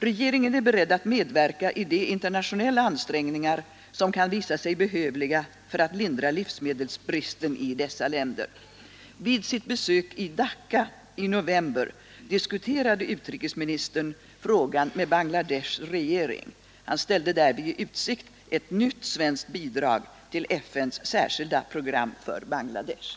Regeringen är beredd att medverka i de internationella ansträngningar som kan visa sig behövliga för att lindra livsmedelsbristen i dessa länder. Vid sitt besök i Dacca i november diskuterade utrikesministern frågan med Bangladeshs regering. Han ställde därvid i utsikt ett nytt svenskt bidrag till FN:s särskilda program för Bangladesh.